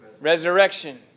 resurrection